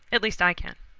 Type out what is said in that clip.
at least i can.